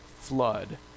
flood